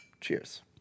cheers